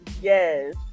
Yes